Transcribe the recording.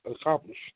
accomplish